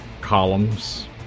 columns